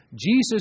Jesus